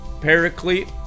Paraclete